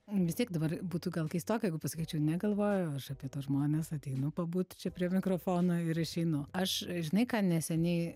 nu vis tiek dabar būtų gal keistoka jeigu pasakyčiau negalvoju aš apie tuos žmones ateinu pabūt čia prie mikrofono ir išeinu aš žinai ką neseniai